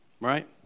right